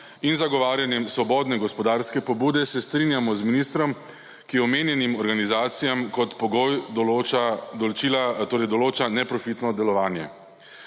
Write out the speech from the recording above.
in zagovarjanjem svobodne gospodarske pobude se strinjamo z ministrom, ki omenjenim organizacijam kot pogoj določa neprofitno delovanje.